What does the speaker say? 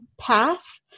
path